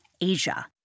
Asia